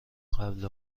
قبل